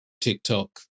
TikTok